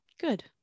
good